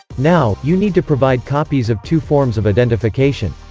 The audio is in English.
now, you need to provide copies of two forms of identification.